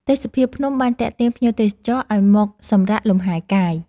ទេសភាពភ្នំបានទាក់ទាញភ្ញៀវទេសចរឱ្យមកសម្រាកលម្ហែកាយ។